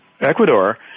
Ecuador